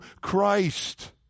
Christ